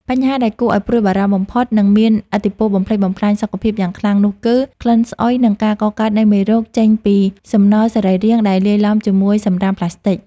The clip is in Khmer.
បញ្ហាដែលគួរឱ្យព្រួយបារម្ភបំផុត និងមានឥទ្ធិពលបំផ្លិចបំផ្លាញសុខភាពយ៉ាងខ្លាំងនោះគឺ ក្លិនស្អុយ និងការកកើតនៃមេរោគ ចេញពីសំណល់សរីរាង្គដែលលាយឡំជាមួយសម្រាមផ្លាស្ទិក។